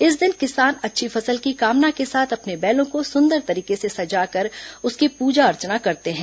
इस दिन किसान अच्छी फसल की कामना के साथ अपने बैलों को सुंदर तरीके से सजाकर उसकी पूजा अर्चना करते हैं